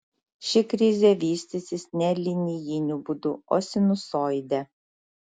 ši krizė vystysis ne linijiniu būdu o sinusoide